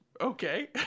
Okay